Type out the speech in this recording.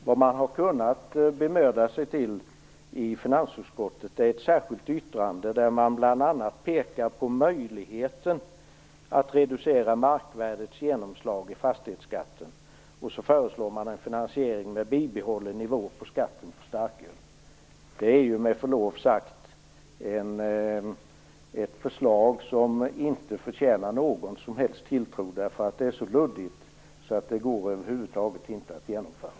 Det man har kunnat bemöda sig om i finansutskottet är ett särskilt yttrande där man bl.a. pekar på möjligheten att reducera markvärdets genomslag i fastighetsskatten. Sedan föreslår man en finansiering genom en bibehållen nivå på skatten på starköl. Det är med förlov sagt ett förslag som inte förtjänar någon som helst tilltro. Det är så luddigt att det över huvud taget inte går att genomföra.